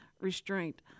restraint